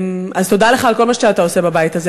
אז תודה לך על כל מה שאתה עושה בבית הזה,